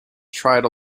tried